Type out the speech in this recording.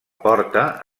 porta